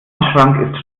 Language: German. wandschrank